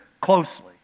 closely